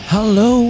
Hello